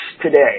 today